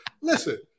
Listen